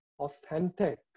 authentic